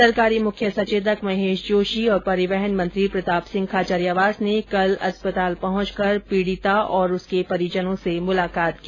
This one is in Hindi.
सरकारी मुख्य सचेतक महेष जोषी और परिवहन मंत्री प्रताप सिंह खाचरियावास ने कल अस्पताल पहुंचकर पीडिता और उसके परिजनों से मुलाकात की